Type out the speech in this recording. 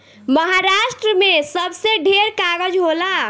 महारास्ट्र मे सबसे ढेर कागज़ होला